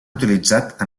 utilitzat